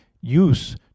use